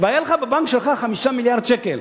והיו לך בבנק שלך 5 מיליארד שקל,